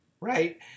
Right